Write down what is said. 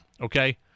okay